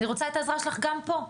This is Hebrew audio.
אני רוצה את העזרה שלך גם פה.